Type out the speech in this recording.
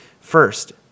First